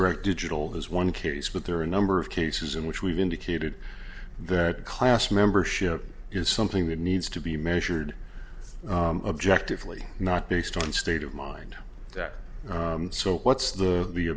direct digital is one case but there are a number of cases in which we've indicated that class membership is something that needs to be measured objectively not based on state of mind that so what's the the